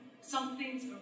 something's